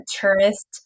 tourist